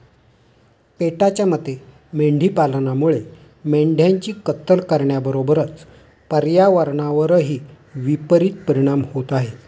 पेटाच्या मते मेंढी पालनामुळे मेंढ्यांची कत्तल करण्याबरोबरच पर्यावरणावरही विपरित परिणाम होत आहे